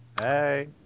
Hey